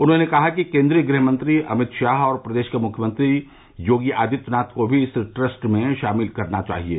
उन्होंने कहा कि केन्द्रीय गृहमंत्री अमित शाह और प्रदेश के मुख्यमंत्री योगी आदित्यनाथ को भी इस ट्रस्ट में शामिल करना चाहिये